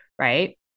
right